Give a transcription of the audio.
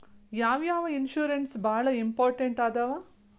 ಯಾವ್ಯಾವ ಇನ್ಶೂರೆನ್ಸ್ ಬಾಳ ಇಂಪಾರ್ಟೆಂಟ್ ಅದಾವ?